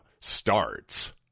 starts